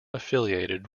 affiliated